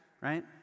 right